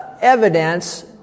evidence